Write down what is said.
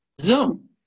Zoom